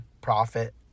profit